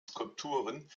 skulpturen